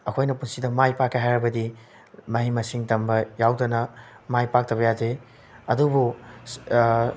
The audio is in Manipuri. ꯑꯩꯈꯣꯏꯅ ꯄꯨꯟꯁꯤꯗ ꯄꯥꯏ ꯄꯥꯛꯀꯦ ꯍꯥꯏꯔꯕꯗꯤ ꯃꯍꯩ ꯃꯁꯤꯡ ꯇꯝꯕ ꯌꯥꯎꯗꯅ ꯃꯥꯏ ꯄꯥꯛꯇꯕ ꯌꯥꯗꯦ ꯑꯗꯨꯕꯨ